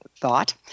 thought